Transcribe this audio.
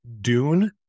dune